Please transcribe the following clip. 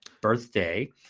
birthday